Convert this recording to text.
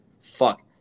fuck